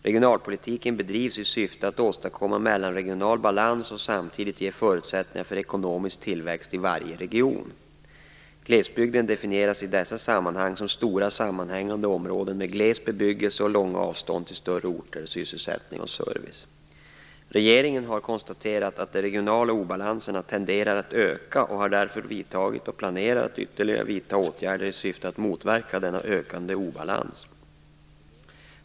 Regionalpolitiken bedrivs i syfte att åstadkomma mellanregional balans och samtidigt ge förutsättningar för ekonomisk tillväxt i varje region. Glesbygd definieras i dessa sammanhang som stora sammanhängande områden med gles bebyggelse och långa avstånd till större orter, sysselsättning och service. Regeringen har konstaterat att de regionala obalanserna tenderar att öka och har därför vidtagit åtgärder, och planerar att vidta ytterligare åtgärder, i syfte att motverka denna ökande obalans.